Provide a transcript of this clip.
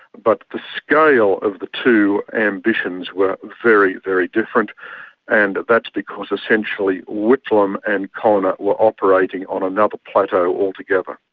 but the scale of the two ambitions were very, very different and that's because essentially whitlam and connor were operating on another plateau all together.